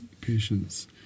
patients